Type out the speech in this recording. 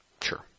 Sure